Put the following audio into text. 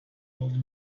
old